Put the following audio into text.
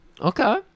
Okay